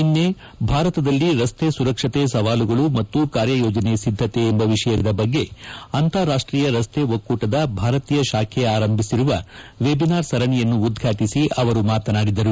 ನಿನ್ನೆ ಭಾರತದಲ್ಲಿ ರಸ್ತೆ ಸುರಕ್ಷತೆ ಸವಾಲುಗಳು ಮತ್ತು ಕಾರ್ಯಯೋಜನೆ ಸಿದ್ದತೆ ಎಂಬ ವಿಷಯದ ಬಗ್ಗೆ ಅಂತಾರಾಷ್ಟೀಯ ರಸ್ತೆ ಒಕ್ಕೂ ಟದ ಭಾರತೀಯ ಶಾಖೆ ಆರಂಭಿಸಿರುವ ವೆಬಿನಾರ್ ಸರಣಿಯನ್ನು ಉದ್ವಾಟಿಸಿ ಅವರು ಮಾತನಾಡಿದರು